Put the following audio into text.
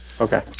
Okay